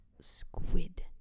squid